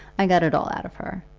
i got it all out of her.